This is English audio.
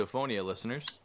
Listeners